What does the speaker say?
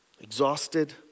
Exhausted